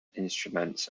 instruments